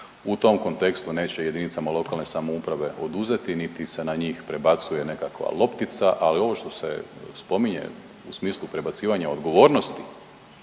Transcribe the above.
u tom kontekstu neće jedinicama lokalne samouprave oduzeti niti se na njih prebacuje nekakva loptica, ali ovo što se spominje u smislu prebacivanja odgovornosti,